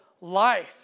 life